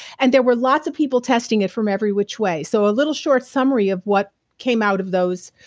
and there were lots of people testing it from every which way. so a little short summary of what came out of those.